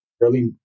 early